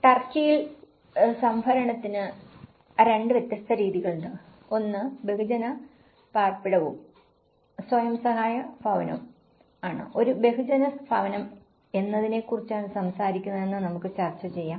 ടർക്കിയിൽ സംഭരണത്തിന് 2 വ്യത്യസ്ത രീതികളുണ്ട് ഒന്ന് ബഹുജന പാർപ്പിടവും സ്വയം സഹായ ഭവനവുമാണ് ഒരു ബഹുജന ഭവനം എന്തിനെക്കുറിച്ചാണ് സംസാരിക്കുന്നതെന്ന് നമുക്ക് ചർച്ച ചെയ്യാം